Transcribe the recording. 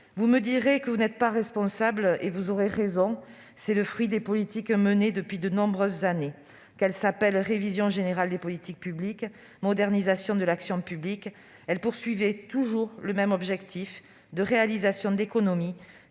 Vous me direz que vous n'êtes pas responsables, et vous aurez raison : c'est le fruit des politiques menées depuis de nombreuses années. Qu'elles s'appellent « révision générale des politiques publiques » ou « modernisation de l'action publique », l'objectif est toujours le même : réaliser des économies,